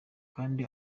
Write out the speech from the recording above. kandi